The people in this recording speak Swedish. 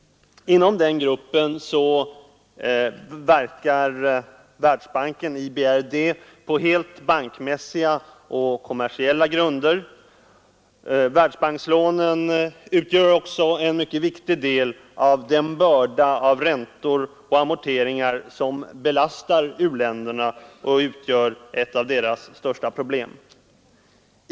Inom den gruppen verkar Världsbanken, IBRD, på helt bankmässiga och kommersiella grunder. Världsbankslånen utgör också en mycket viktig del av den börda av räntor och amorteringar som belastar u-länderna och utgör ett av deras största problem.